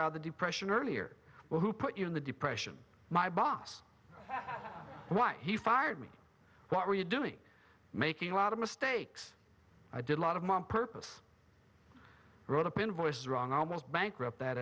out of the depression earlier well who put you in the depression my boss why he fired me what were you doing making a lot of mistakes i did a lot of my purpose right up in voice wrong almost bankrupt that